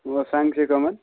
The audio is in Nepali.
म साङ्चे कमान